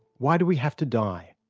why do we have to die?